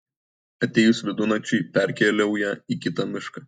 atėjus vidunakčiui perkeliauja į kitą mišką